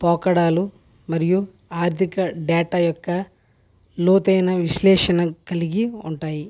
పోకడాలు మరియు ఆర్థిక డేటా యొక్క లోతైన విశ్లేషణ కలిగి ఉంటాయి